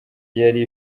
yari